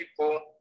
people